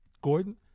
Gordon